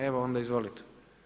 Evo onda izvolite.